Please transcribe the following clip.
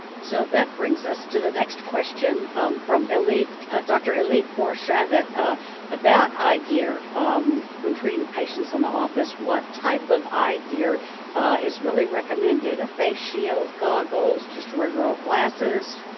so that brings us to the next question from ah dr. elite bor-shavit about eye gear um when treating patients in the office what type of eye gear is really recommended, a face shield, goggles, just regular old glasses?